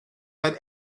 had